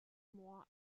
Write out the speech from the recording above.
mohr